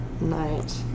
Night